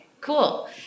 Cool